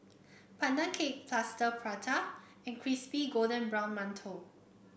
Pandan Cake Plaster Prata and Crispy Golden Brown Mantou